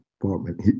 department